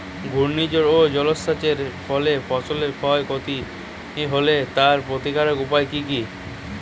ঘূর্ণিঝড় ও জলোচ্ছ্বাস এর ফলে ফসলের ক্ষয় ক্ষতি হলে তার প্রতিকারের উপায় কী?